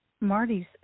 Marty's